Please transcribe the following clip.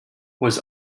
was